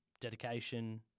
dedication